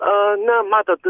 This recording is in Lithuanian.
a na matot